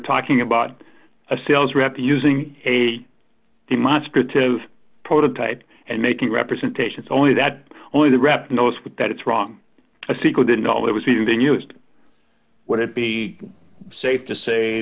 talking about a sales rep using a demonstrative prototype and making representations only that only the rep knows that it's wrong a sequel didn't all that was even then used would it be safe to say